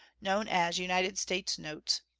known as united states notes,